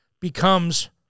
becomes